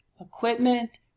equipment